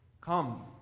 Come